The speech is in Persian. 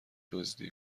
دزدی